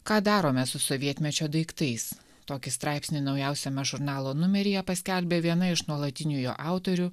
ką darome su sovietmečio daiktais tokį straipsnį naujausiame žurnalo numeryje paskelbė viena iš nuolatinių jo autorių